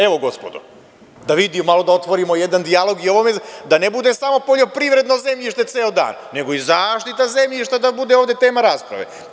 Evo, gospodo, da vidimo, da malo otvorimo jedan dijalog i o ovome, da ne bude samo poljoprivredno zemljište ceo dan, nego i zaštita zemljišta da bude ovde tema rasprave.